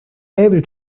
every